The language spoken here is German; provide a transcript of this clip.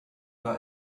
war